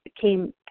came